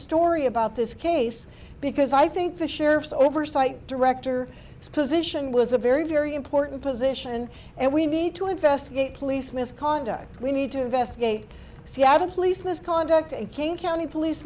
story about this case because i think the sheriff's oversight director position was a very very important position and we need to investigate police misconduct we need to investigate seattle police misconduct and king county police